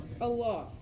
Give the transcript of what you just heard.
Allah